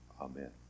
Amen